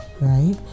right